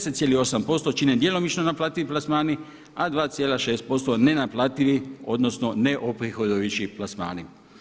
10,8% čine djelomično naplativi plasmani, a 2,6% nenaplativi odnosno neoprihodojući plasmani.